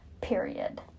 period